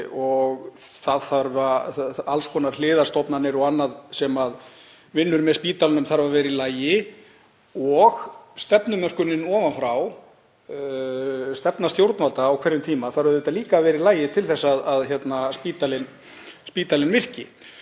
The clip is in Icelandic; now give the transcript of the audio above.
stærra kerfi og alls konar hliðarstofnanir og annað sem vinnur með spítalanum þarf að vera í lagi. Stefnumörkunin ofan frá, stefna stjórnvalda á hverjum tíma, þarf auðvitað líka að vera í lagi til að spítalinn virki.